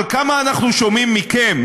אבל כמה אנחנו שומעים מכם,